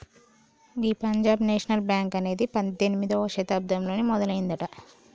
గీ Punjab National Bank అనేది పద్దెనిమిదవ శతాబ్దంలోనే మొదలయ్యిందట